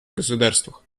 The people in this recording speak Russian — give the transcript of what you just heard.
государствах